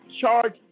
charge